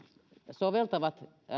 soveltavat